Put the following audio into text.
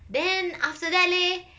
then after that leh